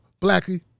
blackie